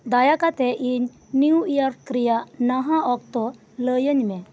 ᱫᱟᱭᱟ ᱠᱟᱛᱮᱫ ᱤᱧ ᱱᱤᱭᱩ ᱤᱭᱟᱨᱠ ᱨᱮᱭᱟᱜ ᱱᱟᱦᱟᱜ ᱚᱠᱛᱚ ᱞᱟᱹᱭᱟᱹᱧ ᱢᱮ